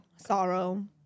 Sorrow